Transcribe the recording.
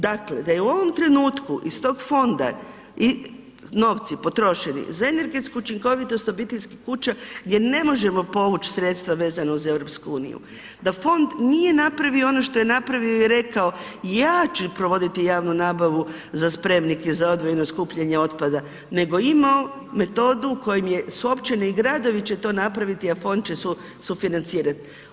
Dakle, da je u ovom trenutnu iz tog fonda, novci potrošeni za energetsku učinkovitost obiteljskih kuća gdje ne možemo povući sredstva vezano uz EU, da fond nije napravio ono što je napravio i rekao, ja ću provoditi javnu nabavu za spremnike za odvojeno skupljanje otpada, nego imao metodu kojom je, su općine i gradovi će to napraviti, a fond će sufinancirati.